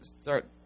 start